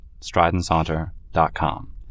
strideandsaunter.com